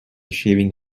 shaving